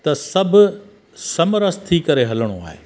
त सभु समरस थी करे हलिणो आहे